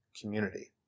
community